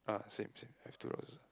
ah same same have two rocks also